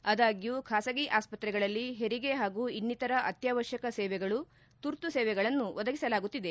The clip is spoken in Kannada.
ಅದಾಗ್ಡೂ ಖಾಸಗಿ ಆಸ್ಪತ್ರೆಗಳಲ್ಲಿ ಹೆರಿಗೆ ಹಾಗೂ ಇನ್ನಿತರ ಅತ್ವಾವಶ್ಯಕ ಸೇವೆಗಳು ತುರ್ತು ಸೇವೆಗಳನ್ನು ಒದಗಿಸಲಾಗುತ್ತಿದೆ